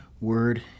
word